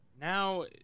now